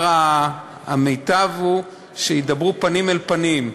המיטב הוא שידברו פנים אל פנים.